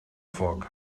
fog